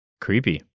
Creepy